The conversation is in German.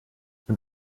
und